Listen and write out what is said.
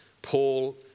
Paul